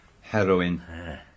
Heroin